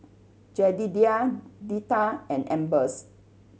Jedediah Deetta and Ambers